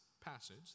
passage